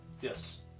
Yes